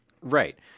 right